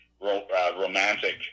romantic